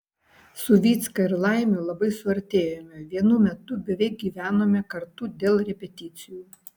su vycka ir laimiu labai suartėjome vienu metu beveik gyvenome kartu dėl repeticijų